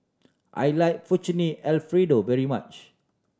I like Fettuccine Alfredo very much